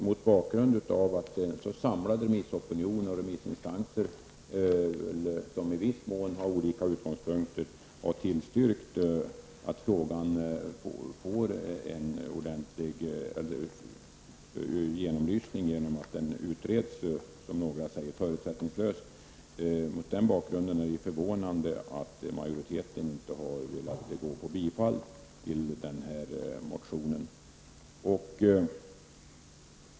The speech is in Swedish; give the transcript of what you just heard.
Mot bakgrund av att den samlade opinionen från remissinstanserna, i viss mån med olika utgångspunkter, har tillstyrkt att frågan skall genomlysas ordentligt och utredas förutsättningslöst är det förvånande att majoriteten inte har velat tillstyrka ett bifall till motionen.